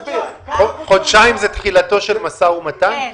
חודשיים זה תחילתו של משא ומתן?